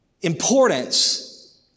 importance